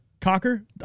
Cocker